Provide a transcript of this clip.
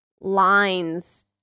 lines